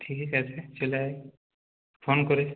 ঠিক আছে চলে আয় ফোন করিস